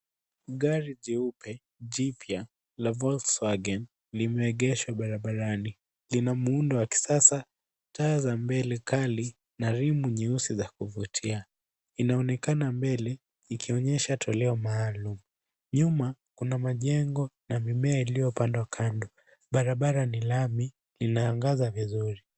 Gari jeupe jipya la Volkswagen limeegeshwa barabarani, lina muundo la kisasa, taa za mbele kali na rimu nyeusi za kuvutia, inaonekana mbele ikionyesha toleo maalum. Nyuma kuna majengo na mimea iliyopandwa kando, barabara ni lami, linaangaza vizuri.